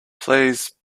please